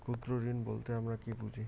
ক্ষুদ্র ঋণ বলতে আমরা কি বুঝি?